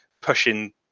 pushing